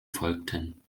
folgten